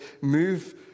move